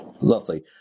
Lovely